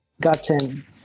gotten